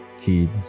kids